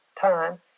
time